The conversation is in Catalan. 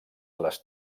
les